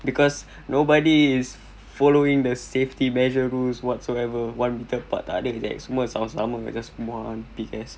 because nobody is following the safety measure rules whatsoever one metre apart takde jer semua lama just one big ass